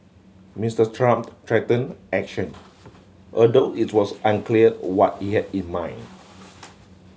Mister Trump threatened action although it was unclear what he had in mind